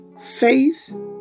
Faith